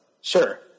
Sure